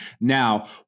Now